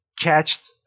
catched